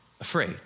afraid